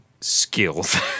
skills